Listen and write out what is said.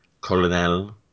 Colonel